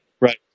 Right